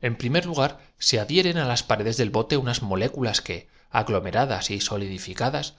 en primer se trata de descomponer y al que seguiré llamando lugar se adhieren a las tiempo como el tiempo para envolverse en la tierra paredes del bote unas moléculas que aglomeradas y